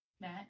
Matt